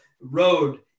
road